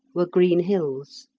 were green hills.